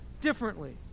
differently